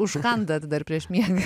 užkandat dar prieš miegą